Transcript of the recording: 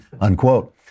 unquote